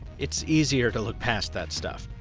it's easier to look past that stuff.